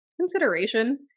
consideration